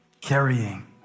carrying